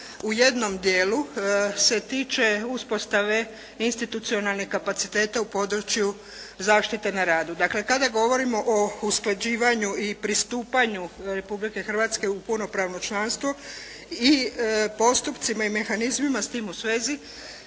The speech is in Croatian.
u jednom dijelu se tiče uspostave institucionalnih kapaciteta u području zaštite na radu. Dakle, kada govorimo o usklađivanju i pristupanju Republike Hrvatske u punopravno članstvo i postupcima i mehanizmima s tim u svezi